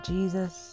Jesus